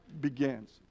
begins